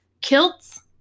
Kilts